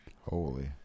Holy